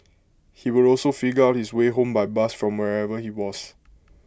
he would also figure out his way home by bus from wherever he was